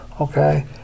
Okay